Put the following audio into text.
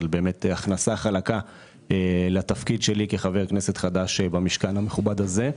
על הכנסה חלקה לתפקיד שלי כחבר כנסת חדש במשכן המכובד הזה.